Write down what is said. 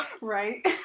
Right